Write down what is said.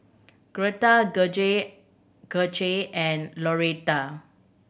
Gretta Gage Gage and Loretta